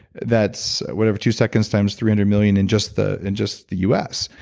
that's whatever two seconds times three hundred million in just the and just the us,